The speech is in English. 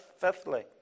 fifthly